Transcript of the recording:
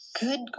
Good